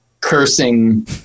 cursing